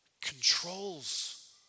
controls